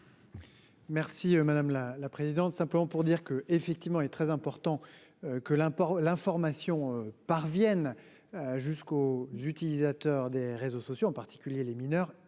Merci madame la la présidente, simplement pour dire que, effectivement, est très important que l'import l'information parvienne. Jusqu'aux utilisateurs des réseaux sociaux, en particulier les mineurs